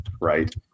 right